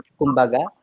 kumbaga